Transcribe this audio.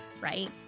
right